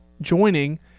joining